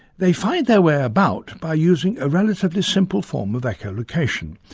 they find their way about by using a relatively simple form of echolocation.